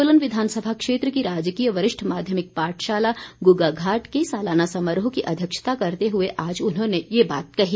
सोलन विधानसभा क्षेत्र की राजकीय वरिष्ठ माध्यमिक पाठशाला गुग्गाघाट के सालाना समारोह की अध्यक्षता करते हुए आज उन्होंने ये बात कही